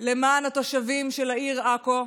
למען התושבים של העיר עכו.